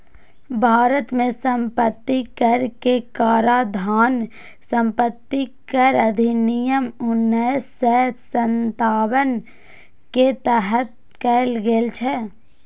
भारत मे संपत्ति कर के काराधान संपत्ति कर अधिनियम उन्नैस सय सत्तावन के तहत कैल गेल छै